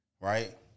Right